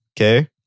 okay